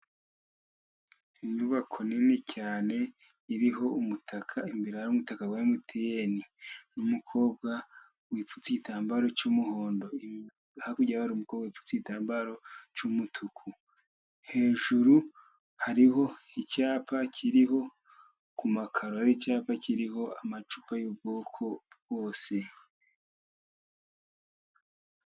Inyubako nini cyane iriho umutaka, imbere hari umutaka wa emuteyini n'umukobwa wipfutse igitambaro cy'umuhondo, hakurya hari umukobwa wipfutse igitambaro cy'umutuku. Hejuru hari icyapa kiri ku makaro, icyapa kiriho amacupa y'ubwoko bwose.